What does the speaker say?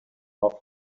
love